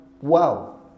wow